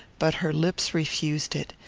but her lips refused it.